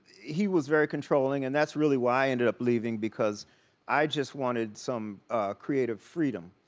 he was very controlling and that's really why i ended up leaving because i just wanted some creative freedom.